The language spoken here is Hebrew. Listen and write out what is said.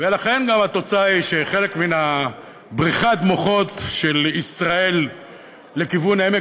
לכן גם התוצאה היא שחלק מבריחת המוחות מישראל לכיוון עמק